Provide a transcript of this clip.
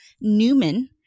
Newman